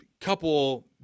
couple